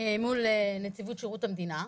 מול נציבות שירות המדינה,